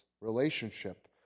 relationship